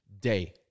day